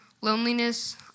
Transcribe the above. loneliness